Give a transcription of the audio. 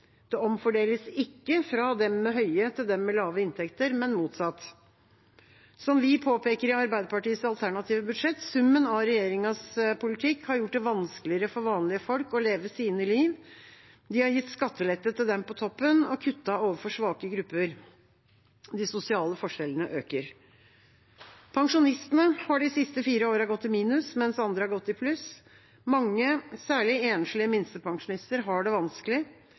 Det omfordeles ikke fra dem med høye til dem med lave inntekter, men motsatt. Som vi påpeker i Arbeiderpartiets alternative budsjett: Summen av regjeringas politikk har gjort det vanskeligere for vanlige folk å leve livet sitt. De har gitt skattelette til dem på toppen og kuttet overfor svake grupper. De sosiale forskjellene øker. Pensjonistene har de siste fire årene gått i minus, mens andre har gått i pluss. Mange, særlig enslige minstepensjonister, har det vanskelig.